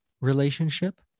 relationship